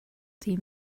team